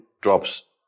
drops